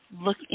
look